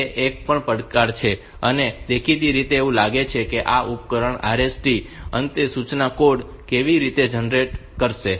તેથી તે એક પડકાર છે અને દેખીતી રીતે એવું લાગે છે કે આ ઉપકરણ RST અંત સૂચના કોડ કેવી રીતે જનરેટ કરશે